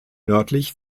nördlich